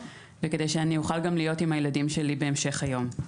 וכדי שאני אוכל גם להיות עם הילדים שלי בהמשך היום.